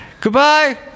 goodbye